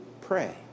pray